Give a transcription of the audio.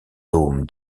dôme